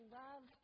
love